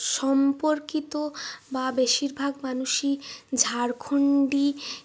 সম্পর্কিত বা বেশিরভাগ মানুষই ঝাড়খন্ডী